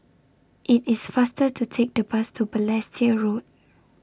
IT IS faster to Take The Bus to Balestier Road